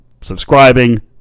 subscribing